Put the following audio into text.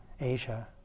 Asia